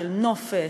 של נופש,